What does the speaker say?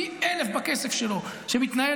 פי אלף בכסף שלו שמתנהל.